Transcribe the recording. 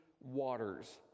waters